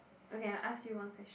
okay I ask you one question